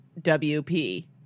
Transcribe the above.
WP